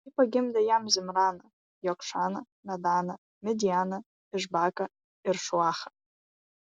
ji pagimdė jam zimraną jokšaną medaną midjaną išbaką ir šuachą